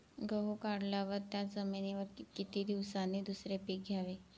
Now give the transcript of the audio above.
गहू काढल्यावर त्या जमिनीवर किती दिवसांनी दुसरे पीक घ्यावे?